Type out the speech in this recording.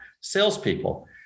salespeople